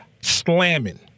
slamming